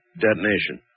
detonation